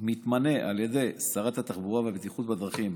מתמנה על ידי שרת התחבורה והבטיחות בדרכים,